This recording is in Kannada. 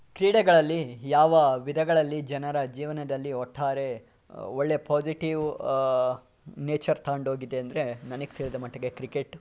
ಕ್ರೀಡೆಗಳಲ್ಲಿ ಯಾವ ವಿಧಗಳಲ್ಲಿ ಜನರ ಜೀವನದಲ್ಲಿ ಒಟ್ಟಾರೆ ಒಳ್ಳೆಯ ಪ್ವಾಝೀಟಿವ್ ನೇಚರ್ ತೊಗೊಂಡು ಹೋಗಿದೆ ಅಂದರೆ ನನಗೆ ತಿಳಿದ ಮಟ್ಟಿಗೆ ಕ್ರಿಕೆಟ್